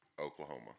Oklahoma